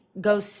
go